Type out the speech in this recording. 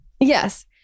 Yes